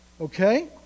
okay